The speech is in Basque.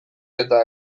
eta